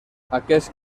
aquest